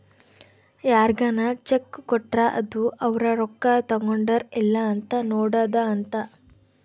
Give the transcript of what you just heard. ಯಾರ್ಗನ ಚೆಕ್ ಕೊಟ್ರ ಅದು ಅವ್ರ ರೊಕ್ಕ ತಗೊಂಡರ್ ಇಲ್ಲ ಅಂತ ನೋಡೋದ ಅಂತ